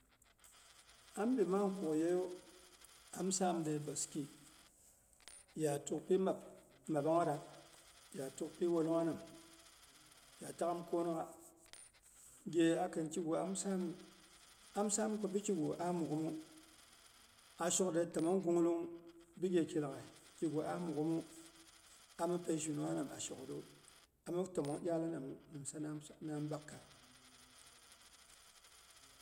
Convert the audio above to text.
Ambi mang kukyeiyu am saam de boski ya tukpi mabangnyera, ya tukpyi wollongha nam, ya taghim kwonokgha. Gye akin kigu am saamu, am saam kobi kigu ah mukghimu, ashokde temong gwonglong bi gheki laghai. Kigu ah mughimu, ami peishinungha ram a shokgiru ami temong iyala namu nimsa mi ambak ga.